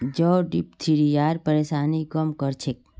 जौ डिप्थिरियार परेशानीक कम कर छेक